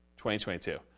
2022